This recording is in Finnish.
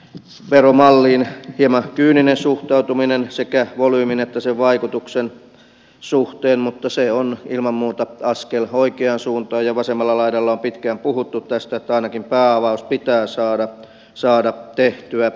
jos pankkiveromalliin hieman kyyninen suhtautuminen sekä volyymin että sen vaikutuksen suhteen mutta se on ilman muuta askel oikeaan suuntaan ja vasemmalla laidalla on pitkään puhuttu tästä että ainakin päänavaus pitää saada tehtyä